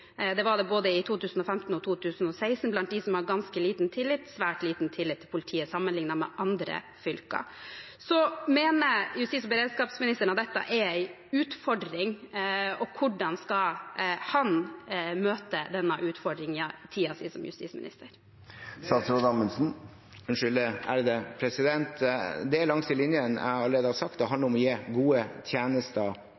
det var de både i 2015 og 2016 – blant dem som har ganske liten tillit og svært liten tillit til politiet, sammenlignet med andre fylker. Mener justis- og beredskapsministeren at dette er en utfordring, og hvordan skal han møte denne utfordringen i sin tid som justisminister? Det er langs de linjene jeg allerede har snakket om. Det handler